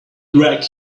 greg